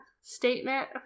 statement